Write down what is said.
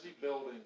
building